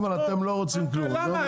אבל אתם לא רוצים כלום.